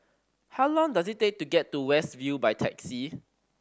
how long does it take to get to West View by taxi